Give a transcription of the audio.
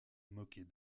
moquait